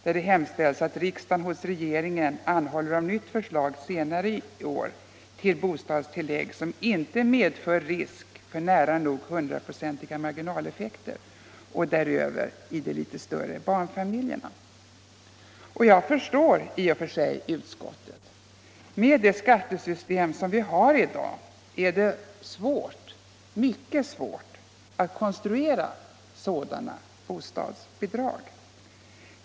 Vi hemställde där att riksdagen hos regeringen anhåller om nytt förslag senare i år till bostadstillägg som inte medför risk för nära nog hundraprocentiga marginaleffekter och därutöver för de litet större barnfamiljerna. Jag förstår utskottet. Med det skattesystem som vi i dag har är det mycket svårt att konstruera sådana bostadsbidrag.